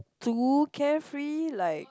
too carefree like